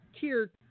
tier